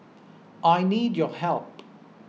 I need your help